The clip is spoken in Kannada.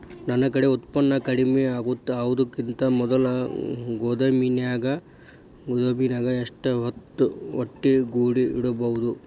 ನನ್ ಕಡೆ ಉತ್ಪನ್ನ ಕಡಿಮಿ ಆಗುಕಿಂತ ಮೊದಲ ಗೋದಾಮಿನ್ಯಾಗ ಎಷ್ಟ ಹೊತ್ತ ಒಟ್ಟುಗೂಡಿ ಇಡ್ಬೋದು?